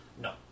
No